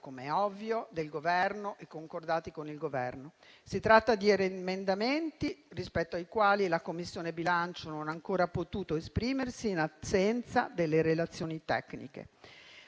come è ovvio, e con esso concordati. Si tratta di emendamenti rispetto ai quali la Commissione bilancio non ha ancora potuto esprimersi in assenza delle relazioni tecniche.